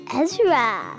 Ezra